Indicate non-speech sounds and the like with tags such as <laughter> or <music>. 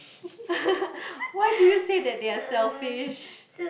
<laughs> why do you say that they are selfish